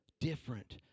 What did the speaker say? different